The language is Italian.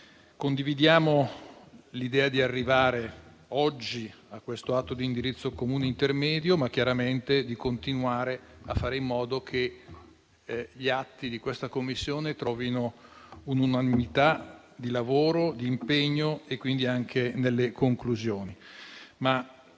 Condividiamo l'idea di arrivare oggi a questo atto di indirizzo comune intermedio, chiaramente continuando a fare in modo che gli atti di questa Commissione trovino un'unanimità di lavoro, di impegno e quindi anche nelle conclusioni.